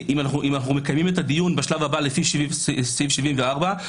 אם אנחנו מקיימים את הדיון בשלב הבא לפי סעיף 74,